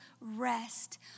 rest